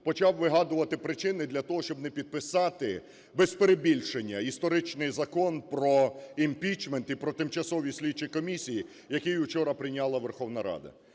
почав вигадувати причини для того, щоб не підписати, без перебільшення, історичний Закон про імпічмент і про тимчасові слідчі комісії, який вчора прийняла Верховна Рада.